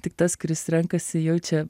tik tas kuris renkasi jaučia